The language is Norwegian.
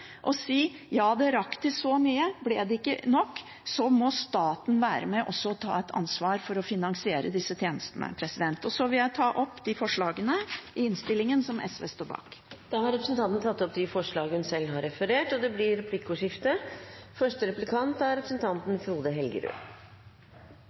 og si: Ja, det rakk til så mye. Ble det ikke nok, må staten være med på å ta et ansvar for å finansiere tjenestene. Jeg vil ta opp de forslagene i innstillingen som SV står bak. Representanten Karin Andersen har tatt opp de forslagene hun refererte til. Det blir replikkordskifte. Høyre og SV er